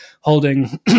holding